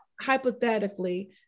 hypothetically